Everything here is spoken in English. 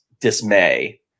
dismay